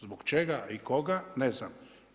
Zbog čega i koga, ne znam.